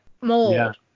mold